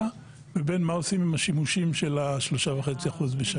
ובין מה עושים עם השימושים של ה-3.5% בשנה.